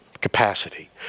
capacity